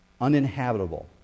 Uninhabitable